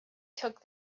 took